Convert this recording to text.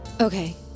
Okay